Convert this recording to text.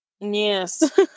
Yes